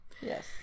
Yes